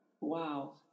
Wow